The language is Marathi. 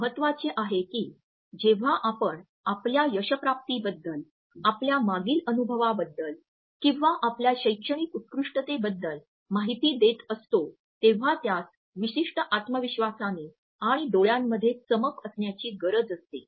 हे महत्त्वाचे आहे की जेव्हा आपण आपल्या यशप्राप्तीबद्दल आपल्या मागील अनुभवाबद्दल किंवा आपल्या शैक्षणिक उत्कृष्टतेबद्दल माहिती देत असतो तेव्हा त्यास विशिष्ट आत्मविश्वासाने आणि डोळ्यांमध्ये चमक असण्याची गरज असते